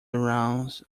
aroused